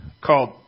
called